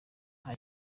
nta